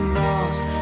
lost